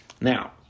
Now